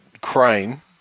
crane